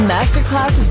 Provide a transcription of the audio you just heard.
Masterclass